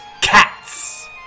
cats